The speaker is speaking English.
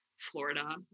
florida